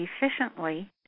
efficiently